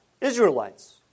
Israelites